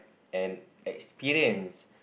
an experience